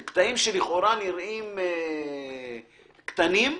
אלה קטעים שנראים לכאורה קטנים,